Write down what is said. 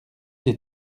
des